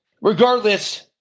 Regardless